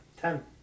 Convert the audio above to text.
Ten